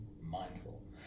mindful